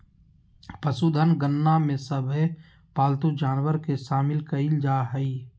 पशुधन गणना में सभे पालतू जानवर के शामिल कईल जा हइ